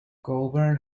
goulburn